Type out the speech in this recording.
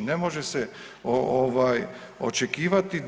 Ne može se ovaj očekivati